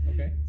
Okay